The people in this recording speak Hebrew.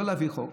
לא להביא חוק.